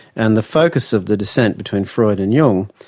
and the focus of the dissent between freud and jung,